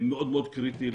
מאוד מאוד קריטי לנהל.